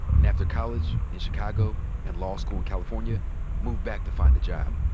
and after college in chicago and law school in california moved back to find a job.